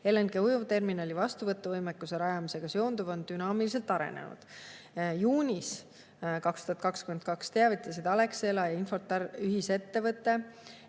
LNG-ujuvterminali vastuvõtu võimekuse rajamisega seonduv on dünaamiliselt arenenud. Juunis 2022 teavitasid Alexela ja Infortari ühisettevõtte